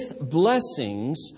blessings